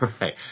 right